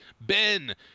Ben